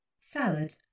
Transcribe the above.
Salad